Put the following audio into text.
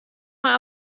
mal